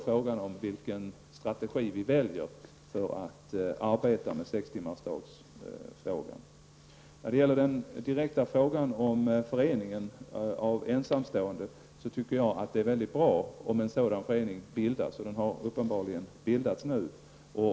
Frågan är då vilken strategi vi använder för att arbeta med frågan om sextimmarsdagen. När det gäller den direkta frågan om en förening av ensamstående föräldrar, tycker jag att det är mycket bra om en sådan förening bildas, och den har uppenbarligen bildats nu.